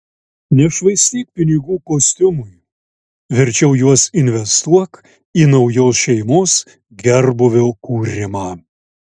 nešvaistyk pinigų kostiumui verčiau juos investuok į naujos šeimos gerbūvio kūrimą